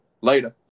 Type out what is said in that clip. Later